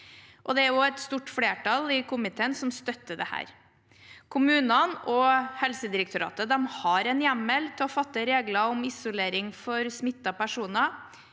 det er et stort flertall i komiteen som støtter dette. Kommunene og Helsedirektoratet har en hjemmel til å fatte regler om isolering for smittede personer.